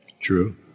True